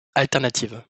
alternative